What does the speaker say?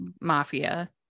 mafia